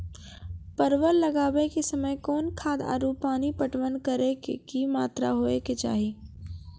परवल लगाबै के समय कौन खाद आरु पानी पटवन करै के कि मात्रा होय केचाही?